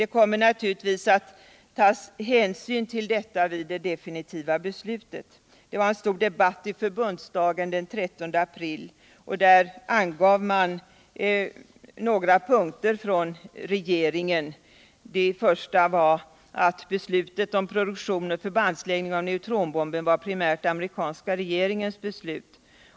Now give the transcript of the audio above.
Det kommer naturligtvis att tas hänsyn till detta vid det definitiva beslutet i USA. En stor debatt hölls i förbundsdagen den 13 april. Där angav regeringen några punkter. Den första var att beslutet om produktion och förbandstäggning av neutronbomben primärt var amerikanska regeringens beslut.